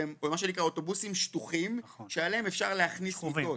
והם אוטובוסים שטוחים שעליהם אפשר להכניס מיטות.